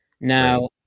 Now